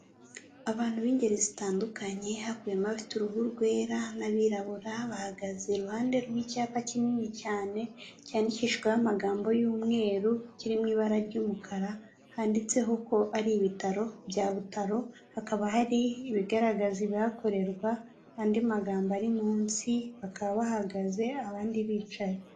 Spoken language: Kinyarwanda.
Abantu b'ingeri zitandukanye havuyemo uruhu rwera n'abirabura bahagaze iruhande rw'icyapa kinini cyane cyandikishwaho amagambo y'umweru kiri mu ibara ry'umukara handitseho ko ari ibitaro bya butaro hakaba hari ibigaragaza ibihakorerwa andi magambo ari munsi bakaba bahagaze abandi bicaye.